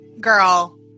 girl